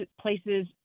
places